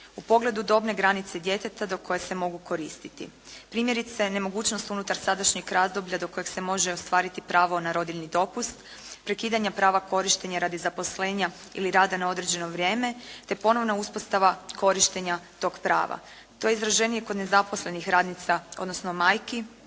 u pogledu dobne granice djeteta do koje se mogu koristiti. Primjerice nemogućnost unutar sadašnjeg razdoblja do kojeg se može ostvariti pravo na rodiljni dopust, prekidanja prava korištenja radi zaposlenja ili rada na određeno vrijeme, te ponovna uspostava korištenja tog prava. To je izraženije kod nezaposlenih radnica, odnosno majki